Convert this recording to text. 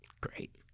Great